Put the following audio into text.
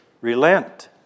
relent